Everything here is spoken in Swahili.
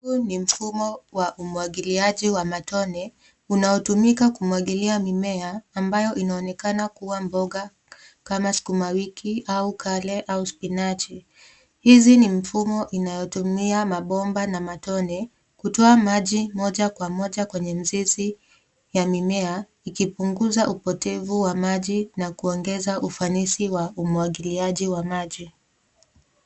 Huu ni mfumo wa umwagiliaji wa matone, unaotumika kumwagilia mimea ambayo inaonekana kuwa mboga kama sukumawiki au kale au spinachi .Hizi ni mfumo inayotumia mabomba na matone, kutoa maji moja kwa moja kwenye mizizi ya mimea, ikipunguza upotevu wa maji na kuongeza ufanisi wa umwagiliaji wa maji.